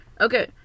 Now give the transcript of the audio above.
Okay